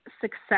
success